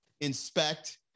inspect